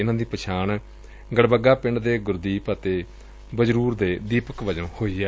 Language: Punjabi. ਇਨਾਂ ਦੀ ਪਛਾਣ ਗੜਬੱਗਾ ਪਿੰਡ ਦੇ ਗੁਰਦੀਪ ਅਤੇ ਬਜਰੁਰ ਦੇ ਦੀਪਕ ਵਜੋ ਹੋਈ ਏ